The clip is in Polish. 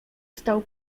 stał